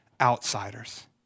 outsiders